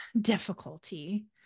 difficulty